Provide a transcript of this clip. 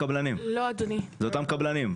אלה אותם קבלנים.